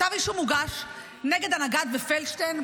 הנגד ופלדשטיין.